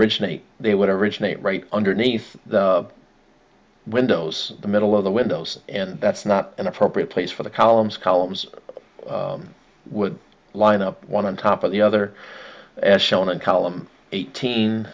originally they would have originated right underneath the windows the middle of the windows and that's not an appropriate place for the columns columns would line up one on top of the other as shown in column eighteen